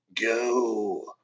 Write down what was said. go